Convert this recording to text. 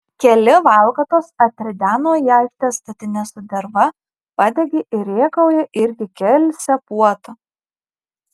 keli valkatos atrideno į aikštę statines su derva padegė ir rėkauja irgi kelsią puotą